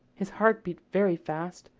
his heart beat very fast,